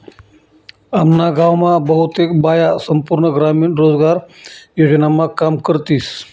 आम्ना गाव मा बहुतेक बाया संपूर्ण ग्रामीण रोजगार योजनामा काम करतीस